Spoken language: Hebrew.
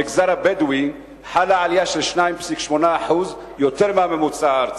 במגזר הבדואי חלה עלייה, 2.8% יותר מהממוצע הארצי,